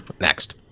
Next